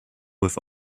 with